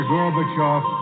Gorbachev